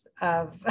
of-